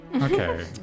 Okay